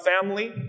family